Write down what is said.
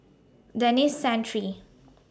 Denis Santry